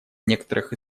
некоторых